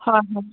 হয় হয়